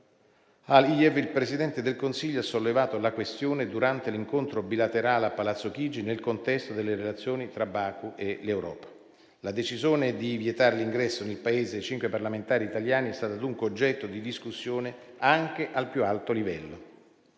Aliyev, il Presidente del Consiglio ha sollevato la questione durante l'incontro bilaterale a Palazzo Chigi nel contesto delle relazioni tra Baku e l'Europa. La decisone di vietare l'ingresso nel Paese ai cinque parlamentari italiani è stata dunque oggetto di discussione anche al più alto livello.